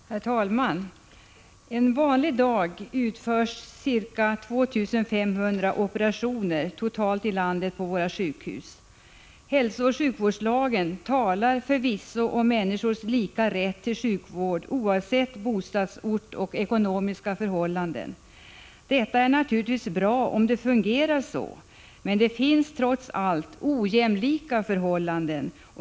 Herr talman! En vanlig dag utförs ca 2 500 operationer totalt i landet på våra sjukhus. Hälsooch sjukvårdslagen talar förvisso om människors lika rätt till sjukvård oavsett bostadsort och ekonomiska förhållanden. Detta är naturligtvis bra, om det fungerar så. Men det finns trots allt ojämlika förhållanden.